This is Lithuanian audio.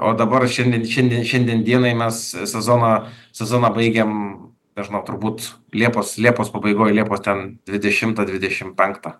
o dabar šiandien šiandien šiandien dienai mes sezoną sezoną baigiam nežinau turbūt liepos liepos pabaigoj liepos ten dvidešimtą dvidešimt penktą